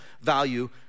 value